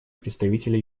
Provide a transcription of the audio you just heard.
представителя